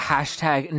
Hashtag